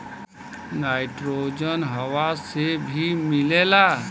nitrogen हवा से भी मिलेला